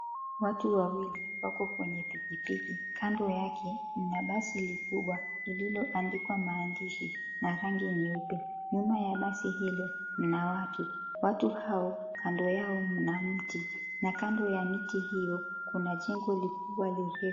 Watu wawili wako kwenye pikipiki. Kando yake mna basi likubwa lililoandikwa maandishi na rangi nyeupe. Nyuma ya basi hilo mna watu. Watu hao kando yao mna miti na kando ya miti hiyo kuna jengo likubwa lirefu.